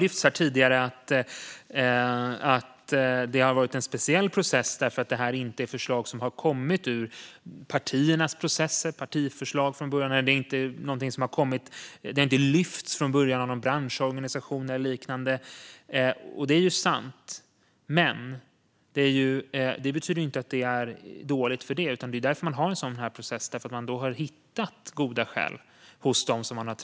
Det har tidigare lyfts fram att det har varit en speciell process därför att det här inte är förslag som har kommit ur partiernas processer eller som har lyfts fram av någon branschorganisation eller liknande. Det är sant, men det betyder inte att förslagen är dåliga. Det är därför man har en sådan här process, och man har hittat goda skäl.